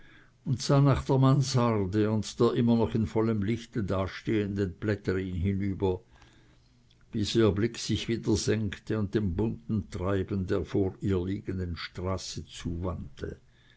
und sah nach der mansarde und der immer noch in vollem lichte dastehenden plätterin hinüber bis ihr blick sich wieder senkte und dem bunten treiben der vor ihr liegenden straße